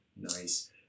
Nice